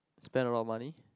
spend a lot of money